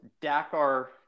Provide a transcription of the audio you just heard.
Dakar